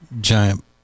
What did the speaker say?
giant